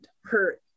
hurt